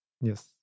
Yes